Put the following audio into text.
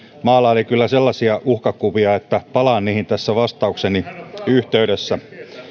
maalaili kyllä sellaisia uhkakuvia että palaan niihin tässä vastaukseni yhteydessä